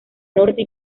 norte